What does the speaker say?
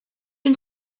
une